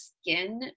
skin